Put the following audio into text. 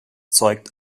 zeugt